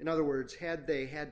in other words had they had